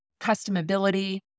customability